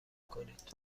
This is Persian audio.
کنید